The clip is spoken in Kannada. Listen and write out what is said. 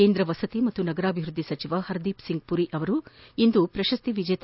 ಕೇಂದ್ರ ವಸತಿ ಮತ್ತು ನಗರಾಭಿವೃದ್ದಿ ಸಚಿವ ಹರ್ದಿಪ್ಸಿಂಗ್ ಮರಿ ಇಂದು ಪ್ರಶಸ್ತಿ ವಿಜೇತ